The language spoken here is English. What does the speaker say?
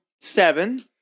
seven